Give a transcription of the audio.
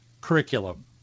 Curriculum